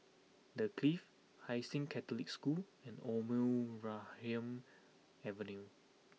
The Clift Hai Sing Catholic School and Omar Khayyam Avenue